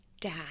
dad